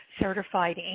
Certified